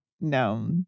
No